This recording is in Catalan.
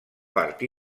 part